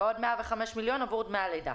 ועוד 105 מיליון שקלים עבור דמי הלידה.